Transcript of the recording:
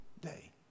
day